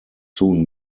soon